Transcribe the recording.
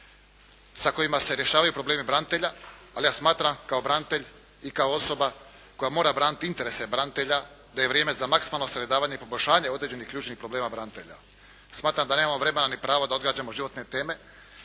sa kojima se rješavaju problemi branitelja ali ja smatram kao branitelj i kao osoba koja mora braniti interese branitelja, da je vrijeme za maksimalno … /Govornik se ne razumije./ … i poboljšavanje određenih ključnih problema branitelja. Smatram da nemamo vremena ni pravo da odgađamo životne teme